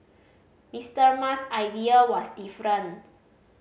Mister Musk idea was different